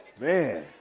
Man